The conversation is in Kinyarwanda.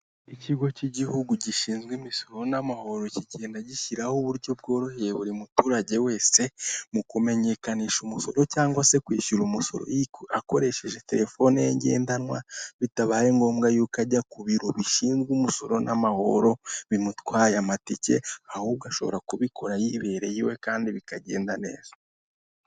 Ikigo cy'igihugu gishinzwe imisoro n'amahoro kigenda gishyiraho uburyo bworoheye buri muturage wese mu kumenyekanisha umusoro cyangwa se kwishyura umusoro akoresheje telefone ye ngendanwa bitabaye ngombwa yuko ajya ku biro bishinzwe umusoro n'amahoro bimutwaye amatike ahubwo ashobora kubikora yibereye iwe kandi bikagenda neza.